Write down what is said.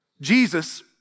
Jesus